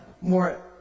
more